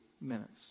minutes